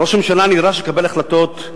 ראש הממשלה נדרש לקבל החלטות,